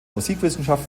musikwissenschaft